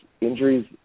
injuries